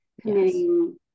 committing